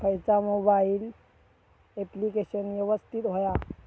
खयचा mobile application यवस्तित होया?